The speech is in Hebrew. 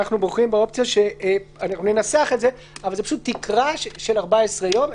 אנחנו בוחרים באופציה אנחנו ננסח את זה זו פשוט תקרה של 14 יום.